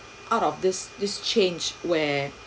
out of this this change where